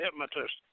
hypnotist